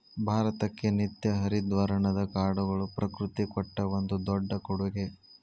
ಭಾರತಕ್ಕೆ ನಿತ್ಯ ಹರಿದ್ವರ್ಣದ ಕಾಡುಗಳು ಪ್ರಕೃತಿ ಕೊಟ್ಟ ಒಂದು ದೊಡ್ಡ ಕೊಡುಗೆ